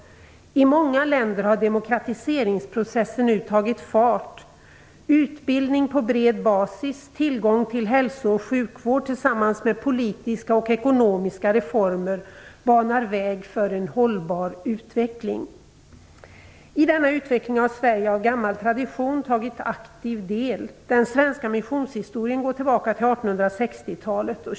I många länder har demokratiseringsprocessen nu tagit fart. Utbildning på bred basis, tillgång till hälso och sjukvård tillsammans med politiska och ekonomiska reformer banar väg för en hållbar utveckling. I denna utveckling har Sverige av gammal tradition tagit aktiv del. Den svenska missionshistorien går tillbaka till 1860-talet.